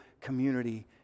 community